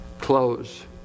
close